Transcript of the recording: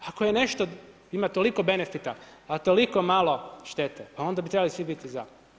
Ako nešto ima toliko benefita, a toliko malo štete, pa onda bi trebali svi biti za.